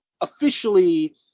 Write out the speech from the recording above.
officially